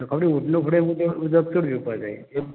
सकालीं फुडें उठले बरोबर उदक पिवून घेवपाक जाय